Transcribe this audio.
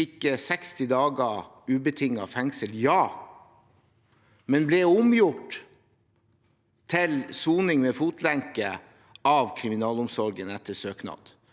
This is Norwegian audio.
fikk 60 dager ubetinget fengsel, men det ble omgjort til soning med fotlenke av kriminalomsorgen etter søknad.